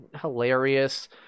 hilarious